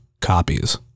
copies